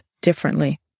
differently